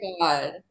god